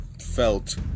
felt